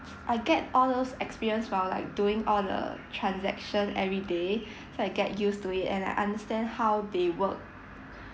I get all those experience while like doing all the transaction every day so I get used to it and I understand how they work